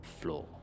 floor